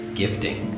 gifting